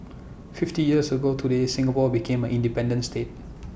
fifty years ago today Singapore became A independent state